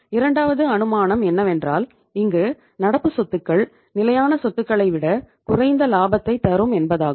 இரண்டாவது அனுமானம் என்னவென்றால் இங்கு நடப்பு சொத்துக்கள் நிலையான சொத்துக்களை விட குறைந்த லாபத்தை தரும் என்பதாகும்